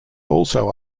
also